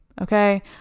Okay